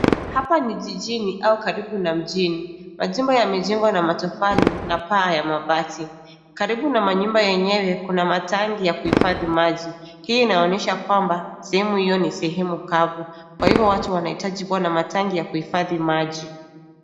Hapa ni jijini au karibu na mjini. Majumba yamejengwa na matofali na paa ya mabati, karibu na manyumba yenyewe kuna matangi ya kuhifadhi maji. Hii inaonyesha kwamba sehemu hio ni sehemu kavu kwa hivyo watu wanahitaji kuwa na matangi ya kuhifadhi maji.